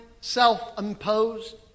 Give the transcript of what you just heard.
Self-imposed